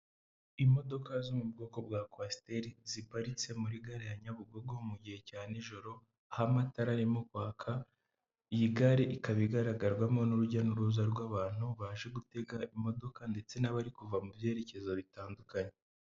Imodoka zo mu bwoko bwa kwasiteri ziparitse muri gare ya Nyabugogo mu gihe cya nijoro, aho amatara arimo kwaka, iyi gare ikaba igaragarwamo n'urujya n'uruza rw'abantu baje gutega imodoka ndetse n'abari kuva mu byerekezo bitandukanye.